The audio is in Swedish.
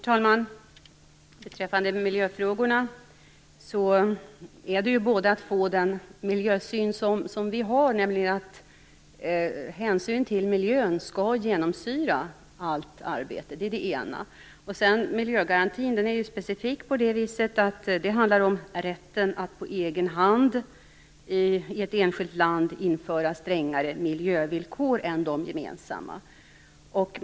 Herr talman! I miljöfrågorna gäller det både den miljösyn som vi har, nämligen att hänsynen till miljön skall genomsyra allt arbete, och miljögarantin, som är specifik genom att det handlar om rätten att på egen hand i ett enskilt land införa strängare miljövillkor än de gemensamma.